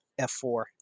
F4